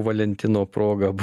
valentino proga